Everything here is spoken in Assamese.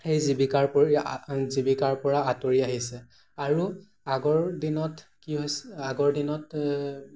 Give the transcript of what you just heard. সেই জীৱিকাৰ পৰি জীৱিকাৰ পৰা আঁতৰি আহিছে আৰু আগৰ দিনত কি হৈছে আগৰ দিনত